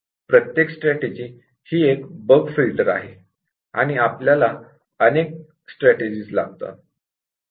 प्रत्येक स्ट्रेटेजी ही एक बग फिल्टर आहे आणि आपल्याला अशा अनेक स्ट्रेटेजीज लागतात